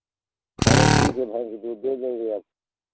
चलो ठीक है भैंस के दूध दे देंगे आपको